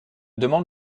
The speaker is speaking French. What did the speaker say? demande